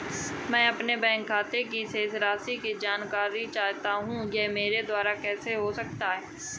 मैं अपने बैंक खाते की शेष राशि की जाँच करना चाहता हूँ यह मेरे द्वारा कैसे हो सकता है?